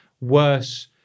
worse